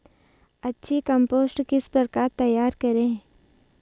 अच्छी कम्पोस्ट किस प्रकार तैयार करें?